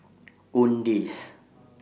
Owndays